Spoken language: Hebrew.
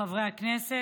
חבריי חברי הכנסת,